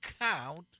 count